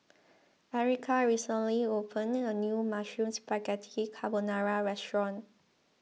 Erica recently opened a new Mushroom Spaghetti Carbonara restaurant